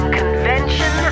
convention